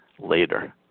later